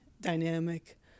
dynamic